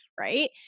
right